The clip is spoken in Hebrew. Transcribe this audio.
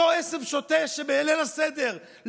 אותו עשב שוטה שבליל הסדר,